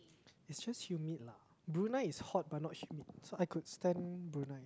it's just humid lah Brunei is hot but not humid so I could stand Brunei